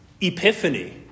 epiphany